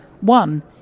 One